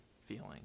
feeling